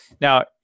Now